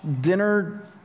dinner